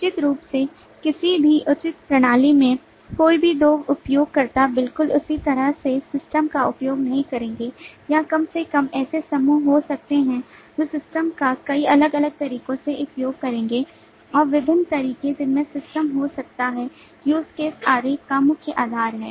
निश्चित रूप से किसी भी उचित प्रणाली में कोई भी 2 उपयोगकर्ता बिल्कुल उसी तरह से सिस्टम का उपयोग नहीं करेंगे या कम से कम ऐसे समूह हो सकते हैं जो सिस्टम का कई अलग अलग तरीकों से उपयोग करेंगे और विभिन्न तरीके जिनमें सिस्टम हो सकता है use case आरेख का मुख्य आधार है